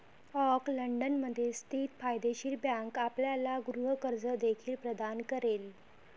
ऑकलंडमध्ये स्थित फायदेशीर बँक आपल्याला गृह कर्ज देखील प्रदान करेल